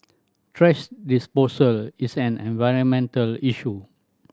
thrash disposal is an environmental issue